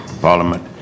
Parliament